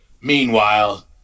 Meanwhile